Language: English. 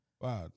Wow